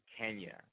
Kenya